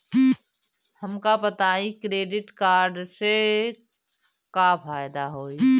हमका बताई credit card से का फायदा होई?